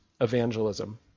evangelism